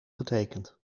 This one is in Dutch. getekend